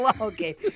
Okay